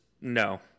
no